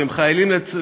והם חיילים זהים,